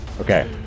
Okay